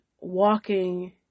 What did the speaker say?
walking